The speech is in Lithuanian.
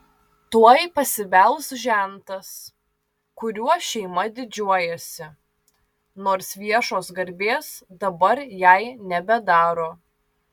tuoj pasibels žentas kuriuo šeima didžiuojasi nors viešos garbės dabar jai nebedaro